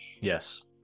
Yes